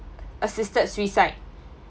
assisted suicide